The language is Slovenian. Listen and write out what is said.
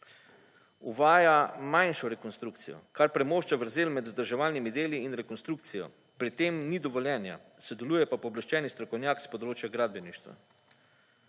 Uvaja manjšo rekonstrukcijo, kar premošča vrzel med vzdrževalnimi deli in rekonstrukcijo, pri tem in dovoljenja, sodeluje pa pooblaščeni strokovnjak s področja gradbeništva.